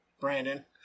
Brandon